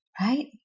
right